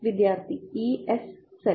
വിദ്യാർത്ഥി E s z